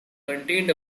contained